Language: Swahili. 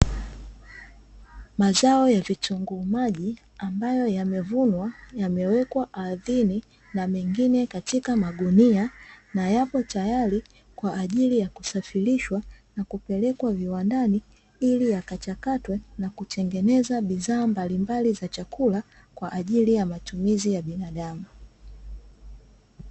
Mazao ya vitunguu maji ambayo yamevunwa yamewekwa ardhini na mengine katika magunia na yapo tayari kwa ajili ya kusafirishwa na kupelekwa viwandani, ili yakachakatwe na kutengeneza bidhaa mbalimbali za chakula kwa ajili ya matumizi ya binadamu.